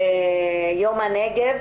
יום הנגב.